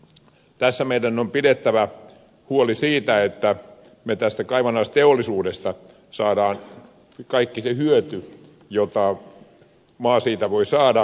tässä meidän on pidettävä huoli siitä että me tästä kaivannaisteollisuudesta saamme kaiken sen hyödyn jonka maa siitä voi saada